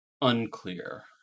Unclear